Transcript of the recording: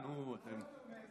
קודם כול,